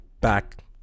Back